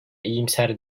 iyimser